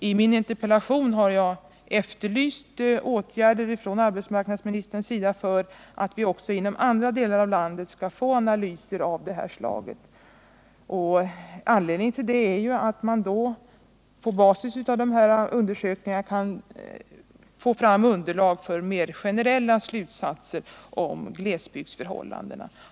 I min interpellation har jag efterlyst åtgärder från arbetsmarknadsministerns sida för att vi också inom andra delar av landet skall få analyser av det här slaget. Anledningen till det är att man då kan få fram underlag för mer generella slutsatser om glesbygdsförhållandena.